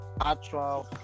actual